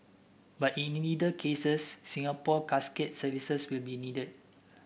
but in neither cases Singapore Casket's services will be needed